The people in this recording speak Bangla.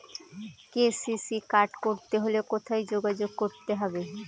কে.সি.সি কার্ড করতে হলে কোথায় যোগাযোগ করতে হবে?